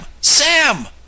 Sam